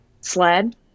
sled